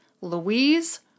Louise